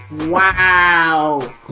Wow